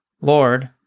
Lord